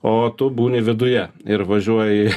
o tu būni viduje ir važiuoji